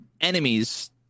enemies